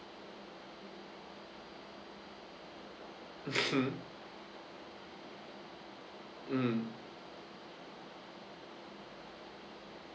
mm